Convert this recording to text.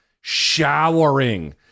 showering